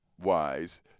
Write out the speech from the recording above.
wise